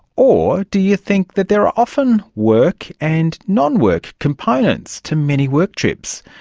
or do you think that there are often work and non-work components to many work trips?